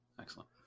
excellent